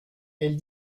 elle